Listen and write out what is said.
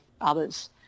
others